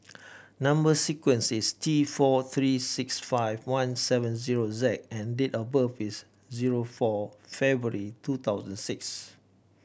number sequence is T four three six five one seven zero Z and date of birth is zero four February two thousand six